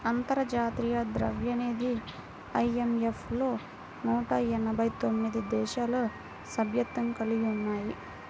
అంతర్జాతీయ ద్రవ్యనిధి ఐ.ఎం.ఎఫ్ లో నూట ఎనభై తొమ్మిది దేశాలు సభ్యత్వం కలిగి ఉన్నాయి